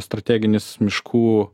strateginis miškų